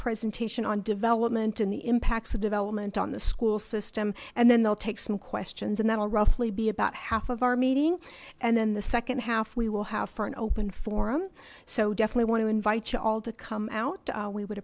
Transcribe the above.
presentation on development and the impacts of development on the school system and then they'll take some questions and that will roughly be about half of our meeting and then the second half we will have for an open forum so definitely want to invite to all to come out we would